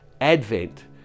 Advent